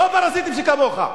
לא פרזיטים שכמוך.